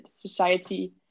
society